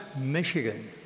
Michigan